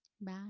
Bye